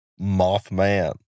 Mothman